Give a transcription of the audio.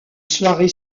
soirée